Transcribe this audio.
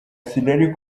sinari